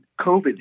COVID